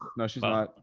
no, she's not. i